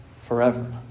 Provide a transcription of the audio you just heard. forever